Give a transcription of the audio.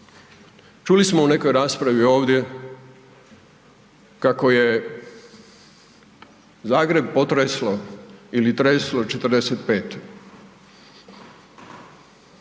Čuli smo u nekoj raspravi ovdje kako je Zagreb potreslo ili treslo '45.